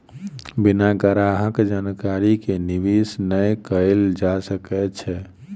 बिना ग्राहक जानकारी के निवेश नै कयल जा सकै छै